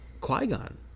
Qui-Gon